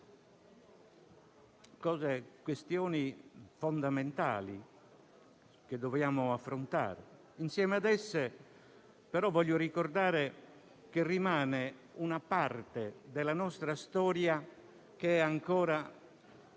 nucleari: questioni fondamentali che dobbiamo affrontare. Insieme ad esse, però, voglio ricordare che rimane una parte della nostra storia che è ancora